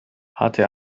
hatte